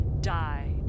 died